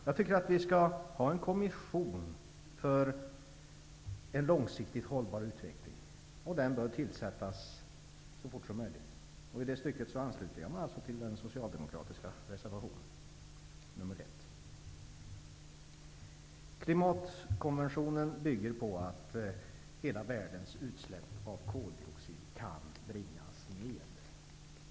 Jag tycker att vi skall ha en kommission för en långsiktigt hållbar utveckling, och den bör tillsättas så fort som möjligt. I det stycket ansluter jag mig alltså till den socialdemokratiska reservationen nr 1. Klimatkonventionen bygger på att hela världens utsläpp av koldioxid kan bringas ned.